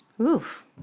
oof